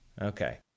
Okay